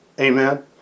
Amen